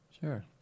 Sure